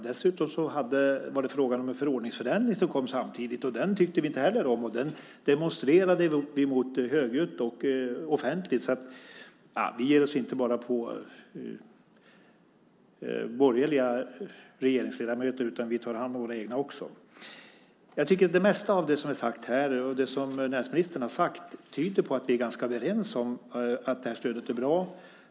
Dessutom var det fråga om en förordningsförändring som kom samtidigt, och den tyckte vi inte heller om. Vi demonstrerade mot den högljutt och offentligt. Vi ger oss alltså inte bara på borgerliga regeringsledamöter, utan vi tar hand om våra egna också. Det mesta av det som näringsministern har sagt här tyder på att vi är ganska överens om att stödet är bra.